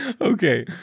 Okay